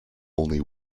only